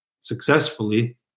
successfully